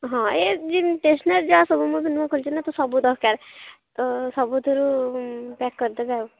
ହଁ ଏ ଜିନ୍ ଷ୍ଟେସନାରୀ ଯାହାସବୁ ମୁଁ ତ ନୂଆ ଖୋଲିଛି ନା ତ ସବୁ ଦରକାର ତ ସବୁଥିରୁ ପ୍ୟାକ୍ କରିଦେବେ ଆଉ